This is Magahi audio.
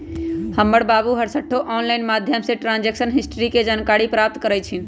हमर बाबू हरसठ्ठो ऑनलाइन माध्यमें से ट्रांजैक्शन हिस्ट्री के जानकारी प्राप्त करइ छिन्ह